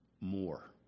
more